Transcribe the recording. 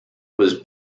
was